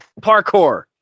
parkour